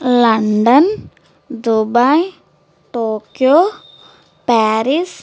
London Dubai Tokyo Paris